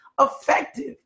effective